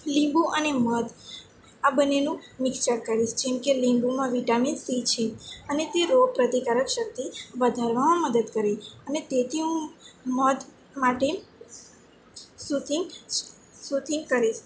લીંબુ અને મધ આ બંનેનું મિક્ષર કરીશ જેમકે લીંબુમાં વિટામિન સી છે અને તે રોગ પ્રતિકારક શક્તિ વધારવામાં મદદ કરે અને તેથી હું મધ માટે સુથી સુથી કરીશ